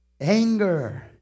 anger